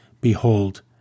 Behold